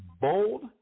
bold